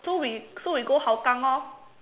so we so we go Hougang lor